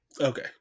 Okay